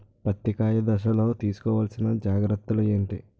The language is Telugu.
పత్తి కాయ దశ లొ తీసుకోవల్సిన జాగ్రత్తలు ఏంటి?